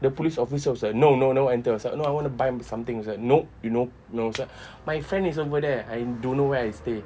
the police officer was like no no no enter I was like no I want to buy something he was like no you no then I was like my friend is over there I don't know where I stay